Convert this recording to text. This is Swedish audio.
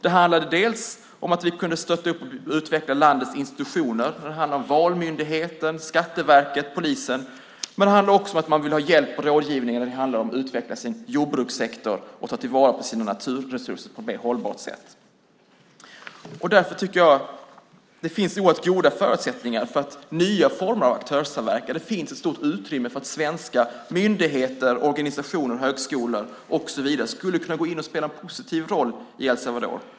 Det handlade om att vi kunde stötta och utveckla landets institutioner, till exempel valmyndigheten, skatteverket och polisen. Det handlade också om att man ville ha hjälp och rådgivning för att utveckla sin jordbrukssektor och ta till vara sina naturresurser på ett hållbart sätt. Därför tycker jag att det finns oerhört goda förutsättningar för nya former av aktörssamverkan. Det finns ett stort utrymme för att svenska myndigheter, organisationer, högskolor och så vidare skulle kunna gå in och spela en positiv roll i El Salvador.